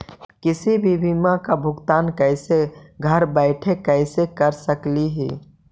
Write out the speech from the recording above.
किसी भी बीमा का भुगतान कैसे घर बैठे कैसे कर स्कली ही?